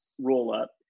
roll-up